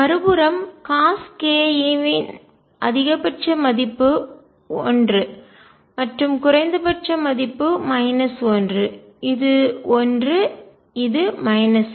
மறுபுறம் Coska வின் அதிகபட்ச மதிப்பு 1 மற்றும் குறைந்தபட்ச மதிப்பு 1 இது 1 இது 1